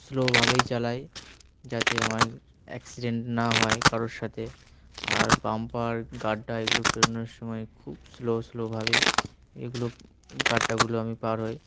স্লোভাবেই চালাই যাতে আমার অ্যাক্সিডেন্ট না হয় কারোর সাথে আর বাম্পার গাড্ডা এগুলো পেরোনোর সময় খুব স্লো স্লোভাবেই এগুলো গাড্ডাগুলো আমি পার হই